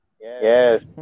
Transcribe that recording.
Yes